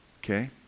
okay